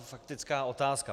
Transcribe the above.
Faktická otázka.